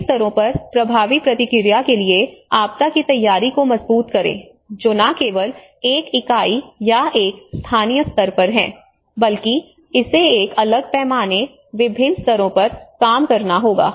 सभी स्तरों पर प्रभावी प्रतिक्रिया के लिए आपदा की तैयारी को मजबूत करें जो न केवल एक इकाई या एक स्थानीय स्तर पर है बल्कि इसे एक अलग पैमाने विभिन्न स्तरों पर काम करना होगा